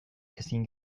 ezin